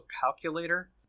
calculator